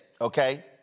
okay